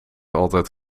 altijd